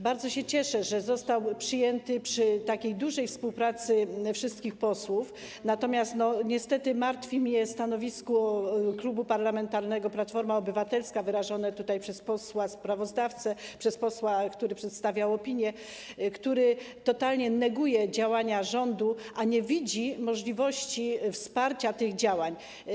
Bardzo się cieszę, że został przyjęty przy dużej współpracy wszystkich posłów, natomiast niestety martwi mnie stanowisko Klubu Parlamentarnego Platforma Obywatelska wyrażone przez posła, który przedstawiał opinię, który totalnie neguje działania rządu, a nie widzi możliwości wsparcia tych działań.